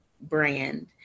brand